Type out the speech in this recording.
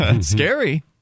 Scary